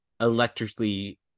electrically